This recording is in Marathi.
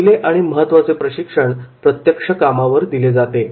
पहिले आणि महत्त्वाचे प्रशिक्षण प्रत्यक्ष कामावर दिले जाते